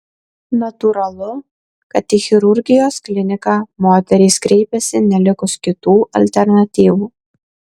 natūralu kad į chirurgijos kliniką moterys kreipiasi nelikus kitų alternatyvų